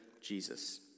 Jesus